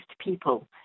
people